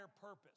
purpose